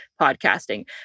podcasting